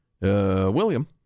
William